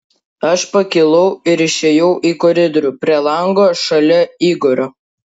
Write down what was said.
aš pakilau ir išėjau į koridorių prie lango šalia igorio